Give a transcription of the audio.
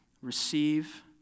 receive